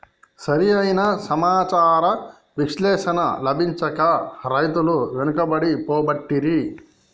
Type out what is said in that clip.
సరి అయిన సమాచార విశ్లేషణ లభించక రైతులు వెనుకబడి పోబట్టిరి